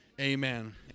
amen